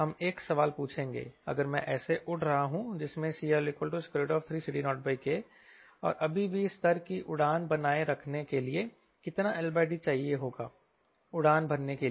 हम एक सवाल पूछेंगे अगर मैं ऐसे उड़ रहा हूं जिसमें CL3CD0K और अभी भी स्तर की उड़ान बनाए रखने के लिए कितना LD चाहिए होगा उड़ान भरने के लिए